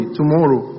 tomorrow